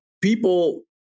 people